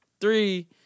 Three